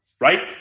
right